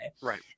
right